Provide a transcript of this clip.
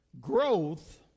growth